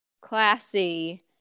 classy